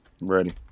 ready